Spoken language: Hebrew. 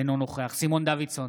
אינו נוכח סימון דוידסון,